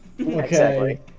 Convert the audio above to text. okay